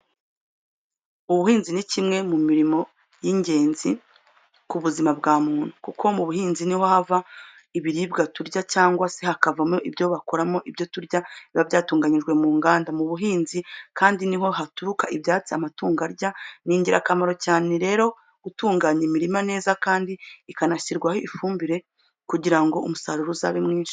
Ubuhinzi ni kimwe mu mirimo y'ingenzi ku buzima bw'umuntu. Kuko mu buhinzi ni ho hava ibiribwa turya cyangwa se hakavamo ibyo bakoramo ibyo turya biba byatunganirijwe mu nganda. Mu buhinzi kandi niho haturuka ibyatsi amatungo arya. Ni ingirakamaro cyane rero gutunganya imirima neza kandi ikanashyirwamo ifumbire kugira ngo umusaruro uzabe mwinshi.